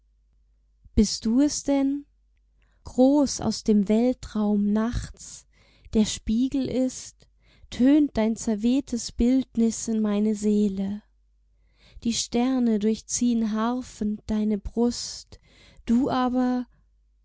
bist du es denn groß aus dem weltraum nachts der spiegel ist tönt dein zerwehtes bildnis in meine seele die sterne durchziehen harfend deine brust du aber